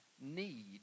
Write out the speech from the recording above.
need